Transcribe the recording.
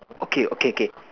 okay okay K